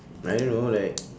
I don't know like